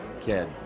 kid